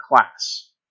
class